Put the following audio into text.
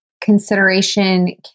consideration